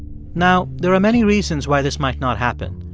now, there are many reasons why this might not happen.